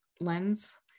lens